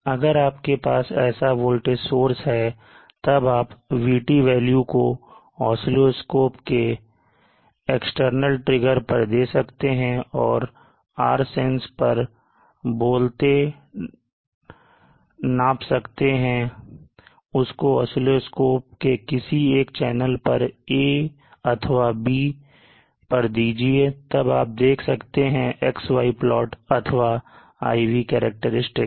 अगर आपके पास ऐसा वोल्टेज सोर्स है तब आप VT वैल्यू को oscilloscope के एक्सटर्नल ट्रिगर पर दे सकते हैं और Rsense पर बोलते नाप सकते हैं और उसको oscilloscope के किसी एक चैनल पर A or B दीजिए तब आप देख सकते हैं XY प्लाट अथवा IV करैक्टेरिस्टिक्स